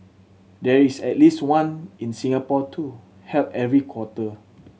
there is at least one in Singapore too held every quarter